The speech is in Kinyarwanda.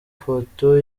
foto